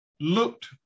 looked